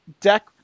deck